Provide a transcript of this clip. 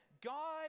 God